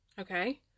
Okay